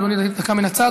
אדוני, דקה מן הצד.